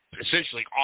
essentially